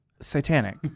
satanic